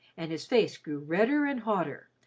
and his face grew redder and hotter,